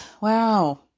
Wow